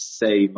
say